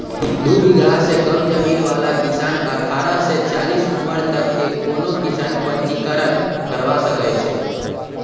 दू बिगहा से कम जमीन बला किसान अठारह से चालीस उमर तक के कोनो किसान पंजीकरण करबा सकै छइ